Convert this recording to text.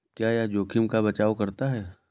क्या यह जोखिम का बचाओ करता है?